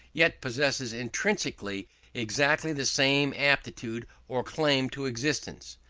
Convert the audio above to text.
yet possesses intrinsically exactly the same aptitude or claim to existence.